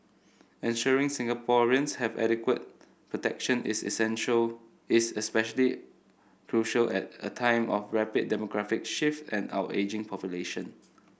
ensuring Singaporeans have adequate protection is essential is especially crucial at a time of rapid demographic shift and our ageing population